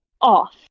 off